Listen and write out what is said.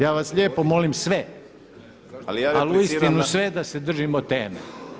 Ja vas lijepo molim sve, ali uistinu sve da se držimo teme.